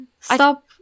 Stop